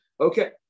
okay